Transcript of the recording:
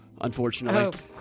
unfortunately